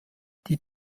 die